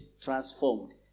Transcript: transformed